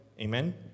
Amen